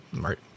right